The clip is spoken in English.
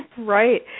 Right